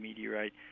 meteorite